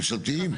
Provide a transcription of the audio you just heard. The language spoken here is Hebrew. ממשלתיים?